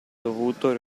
dovuto